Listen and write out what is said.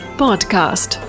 podcast